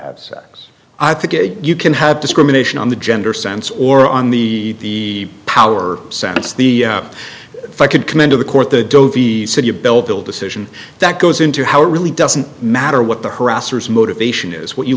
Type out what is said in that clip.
desired i think you can have discrimination on the gender sense or on the power sense the i could come into the court the dovi city of bellville decision that goes into how it really doesn't matter what the harassers motivation is what you